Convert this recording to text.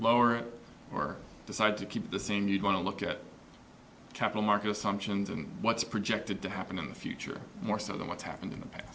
lower or decide to keep the same you'd want to look at capital market sanctions and what's projected to happen in the future more so than what's happened in the past